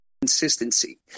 consistency